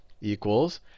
equals